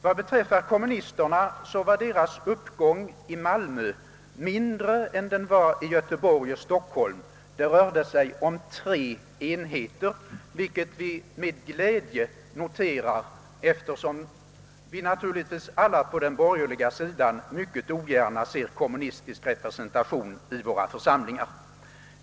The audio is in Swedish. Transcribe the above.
Vad beträffar kommunisterna var deras uppgång i Malmö mindre än den var i Göteborg och Stockholm — det rörde sig om 3 enheter — vilket vi noterar med glädje, eftersom vi naturligtvis alla på den borgerliga sidan mycket ogärna vill ha kommunistisk representation i våra församlingar.